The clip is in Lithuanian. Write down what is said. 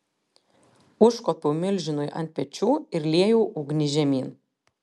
užkopiau milžinui ant pečių ir liejau ugnį žemyn